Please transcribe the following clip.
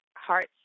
hearts